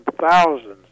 thousands